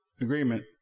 agreement